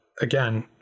again